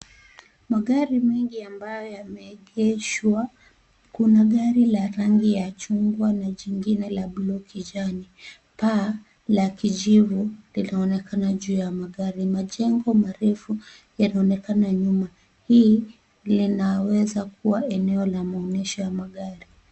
Magari mengi ambayo yameegeshwa. Kuna gari la rangi ya chungwa na jingine la buluu kijani. Paa la kijivu linaonekana juu ya magari. Majengo marefu yanaonekana nyuma. Hili linaweza kuwa eneo la maonyesho ya magari.